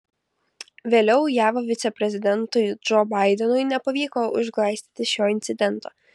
vėliau jav viceprezidentui džo baidenui nepavyko užglaistyti šio incidento